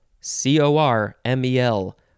C-O-R-M-E-L